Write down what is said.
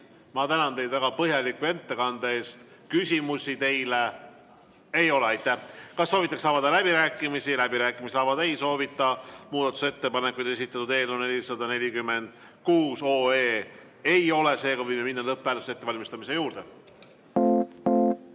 ma tänan teid väga põhjaliku ettekande eest. Küsimusi teile ei ole. Aitäh! Kas soovitakse avada läbirääkimisi? Läbirääkimisi avada ei soovita. Muudatusettepanekuid eelnõu 446 kohta esitatud ei ole, seega võime minna lõpphääletuse ettevalmistamise juurde. Head